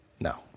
No